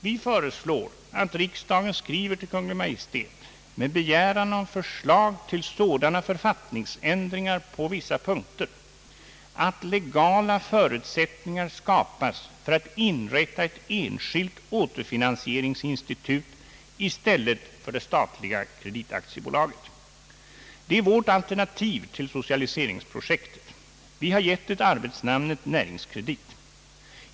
Vi föreslår att riksdagen skriver till Kungl. Maj:t med begäran om förslag till sådana författningsändringar på vissa punkter att legala förutsättningar skapas för att inrätta ett enskilt återfinansieringsinstitut i stället för det statliga kreditaktiebolaget. Det är vårt alternativ till socialiseringsprojektet. Vi har gett det arbetsnamnet Näringskredit.